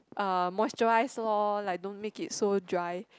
uh moisturise lor like don't make it so dry